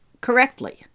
correctly